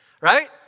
right